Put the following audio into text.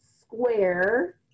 square